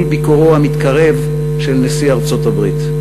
ביקורו המתקרב של נשיא ארצות-הברית,